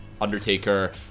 Undertaker